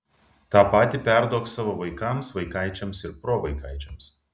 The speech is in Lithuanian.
tą patį perduok savo vaikams vaikaičiams ir provaikaičiams